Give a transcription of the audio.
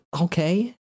okay